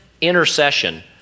intercession